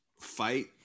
fight